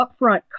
upfront